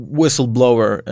whistleblower